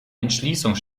entschließung